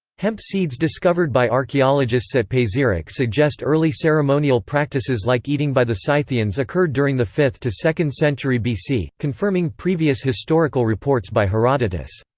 hemp seeds discovered by archaeologists at pazyryk suggest early ceremonial practices like eating by the scythians occurred during the fifth to second century bc, confirming previous historical reports by herodotus.